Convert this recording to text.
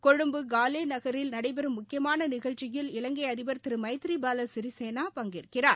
கொழும்பு காலே நகரில் நடைபெறும் முக்கியமான நிகழ்ச்சியில் இலங்கை அதிபர் திரு மைதிரி பால சிறிசேனா பங்கேற்கிறார்